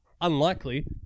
unlikely